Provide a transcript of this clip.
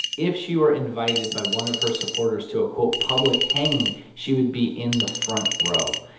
if she were invited by one of her supporters to a, quote, public hanging, she would be in the front row.